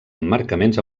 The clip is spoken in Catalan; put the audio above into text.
emmarcaments